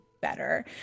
better